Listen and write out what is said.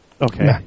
Okay